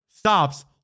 Stops